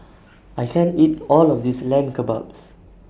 I can't eat All of This Lamb Kebabs